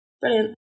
Brilliant